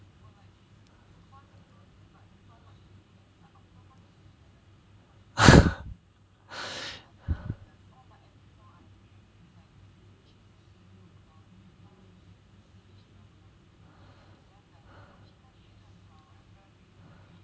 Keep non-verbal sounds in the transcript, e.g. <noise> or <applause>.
<laughs>